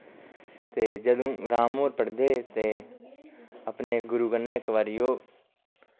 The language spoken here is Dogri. ते जदूं राम होर पढ़दे ते अपने गुरु कन्नै इक बारी ओह्